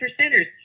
percenters